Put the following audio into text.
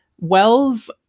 Wells